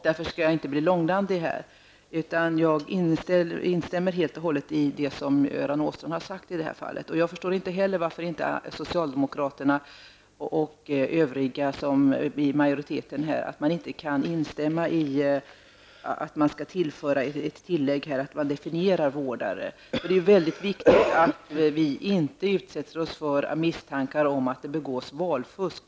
Därför skall jag inte bli långrandig, utan jag instämmer helt och hållet i det som Göran Inte heller jag förstår varför socialdemokraterna och övriga som bildar majoritet inte kan instämma i förslaget om ett tillägg om hur man skall definiera begreppet vårdare. Det är väldigt viktigt att man inte utsätter sig för misstankar om att det begås valfusk.